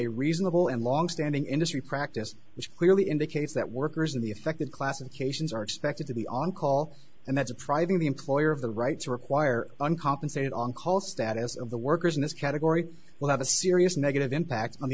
a reasonable and long standing industry practice which clearly indicates that workers in the affected classifications are expected to be on call and that's a private the employer of the right to require uncompensated on call status of the workers in this category well have a serious negative impact on the